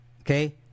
Okay